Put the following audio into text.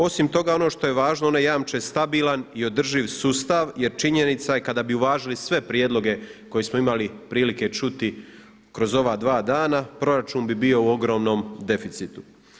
Osim toga ono što je važno one jamče stabilan i održiv sustav jer činjenica kada bi uvažili sve prijedloge koje smo imali prilike čuti kroz ova dva dana, proračun bi bio u ogromnom deficitu.